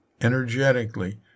energetically